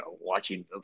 watching